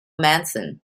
manson